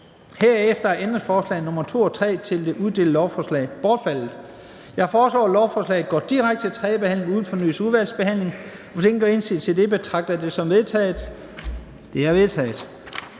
Herefter er ændringsforslag nr. 2 og 3 til det udelte lovforslag bortfaldet. Jeg foreslår, at lovforslagene går direkte til tredje behandling uden fornyet udvalgsbehandling. Hvis ingen gør indsigelse, betragter jeg det som vedtaget. Det er vedtaget.